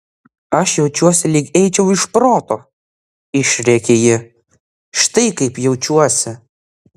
aš jaučiuosi lyg eičiau iš proto išrėkė ji štai kaip jaučiuosi